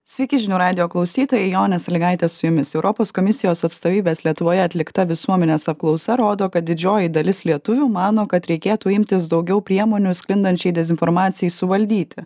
sveiki žinių radijo klausytojai jonė sąlygaitė su jumis europos komisijos atstovybės lietuvoje atlikta visuomenės apklausa rodo kad didžioji dalis lietuvių mano kad reikėtų imtis daugiau priemonių sklindančiai dezinformacijai suvaldyti